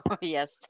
Yes